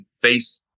face